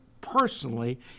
personally